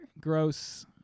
gross